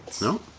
No